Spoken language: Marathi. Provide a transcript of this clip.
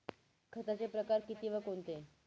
खताचे प्रकार किती व कोणते?